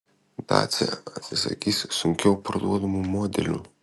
dacia atsisakys sunkiau parduodamų modelių